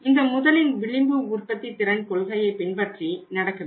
இந்த முதலின் விளிம்பு உற்பத்தித் திறன் கொள்கையை பின்பற்றி நடக்க வேண்டும்